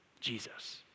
Jesus